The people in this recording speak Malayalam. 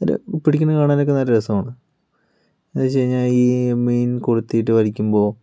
അവരെ പിടിക്കണത് കാണാനൊക്കെ നല്ല രസമാണ് അതെന്താണ് വെച്ച് കഴിഞ്ഞാൽ ഈ മീൻ കൊളുത്തിട്ട് വലിക്കുമ്പോൾ